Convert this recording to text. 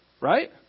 right